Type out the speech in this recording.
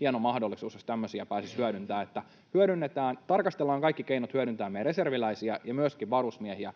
hieno mahdollisuus, jos tämmöisiä pääsisi hyödyntämään. Eli hyödynnetään, tarkastellaan kaikki keinot hyödyntää meidän reserviläisiä ja myöskin varusmiehiä